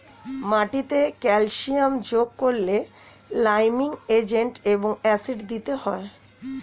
মাটিতে ক্যালসিয়াম যোগ করলে লাইমিং এজেন্ট এবং অ্যাসিড দিতে হয়